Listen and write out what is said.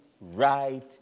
right